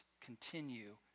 continue